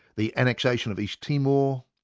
the annexation of east timor,